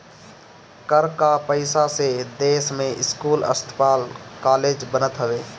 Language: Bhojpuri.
कर कअ पईसा से देस में स्कूल, अस्पताल कालेज बनत हवे